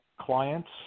clients